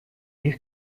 них